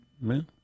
Man